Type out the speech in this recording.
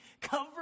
cover